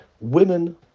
Women